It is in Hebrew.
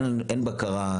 אין בקרה,